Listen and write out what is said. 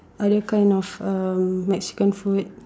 other kind of um Mexican food